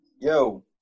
Yo